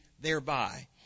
thereby